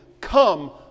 come